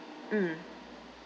mm